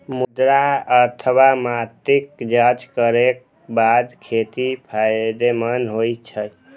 मृदा अथवा माटिक जांच करैक बाद खेती फायदेमंद होइ छै